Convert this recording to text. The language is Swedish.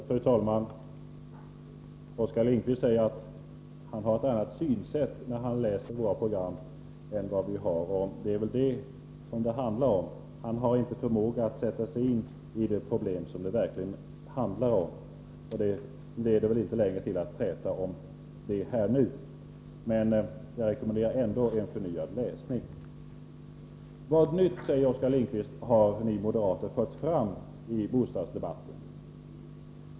Fru talman! Oskar Lindkvist sade att han hade ett annat synsätt än vi, när han läser våra program. Det är väl detta det handlar om. Han har inte förmåga att sätta sig in i de problem som det verkligen gäller. Men det tjänar väl inte mycket till att träta om det nu. Jag rekommenderar ändå en förnyad läsning. Vad nytt, frågar Oskar Lindkvist, har ni moderater fört fram i bostadsdebatten.